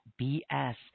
BS